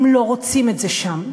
הם לא רוצים את זה שם.